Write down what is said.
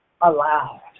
aloud